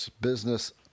business